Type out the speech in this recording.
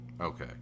Okay